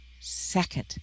second